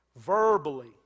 Verbally